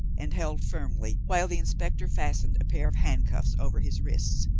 and held firmly while the inspector fastened a pair of handcuffs over his wrists.